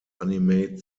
animate